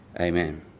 amen